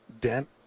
Dent